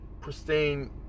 pristine